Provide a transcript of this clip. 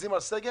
מכריזים על סגר,